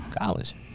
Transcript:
College